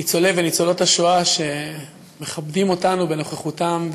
ניצולי וניצולות השואה שמכבדים אותנו בנוכחותם,